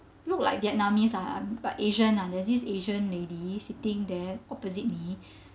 look like vietnamese lah but asian lah there's this asian lady sitting there opposite me